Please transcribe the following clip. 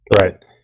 right